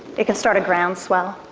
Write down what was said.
it could start a groundswell,